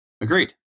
Agreed